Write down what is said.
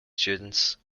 students